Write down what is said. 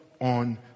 on